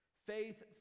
Faith